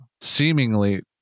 seemingly